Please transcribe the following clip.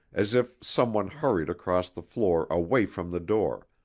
as if someone hurried across the floor away from the door,